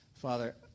Father